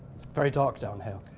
it's very dark down here.